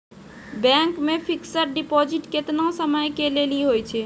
Bank मे fixed deposit केतना समय के लेली होय छै?